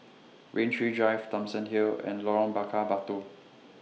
Rain Tree Drive Thomson Hill and Lorong Bakar Batu